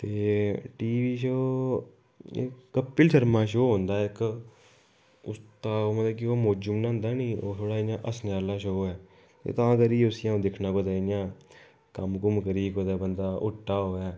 ते T V च ओह् कपील शर्मा दा शो औंदा ऐ इक उसदा मतलब कि ओह् मोजू बनांदा नीं हसने आह्ला शो ऐ ते तां करियै अ'ऊं उस्सी दिक्खना होन्ना इ'यां कम्म कुम्म करियै बंदा उट्टै दा होऐ